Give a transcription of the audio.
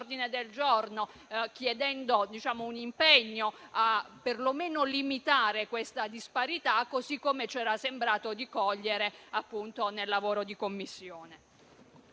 del giorno, chiedendo un impegno per lo meno a limitare questa disparità, così come ci era sembrato di cogliere nel lavoro di Commissione.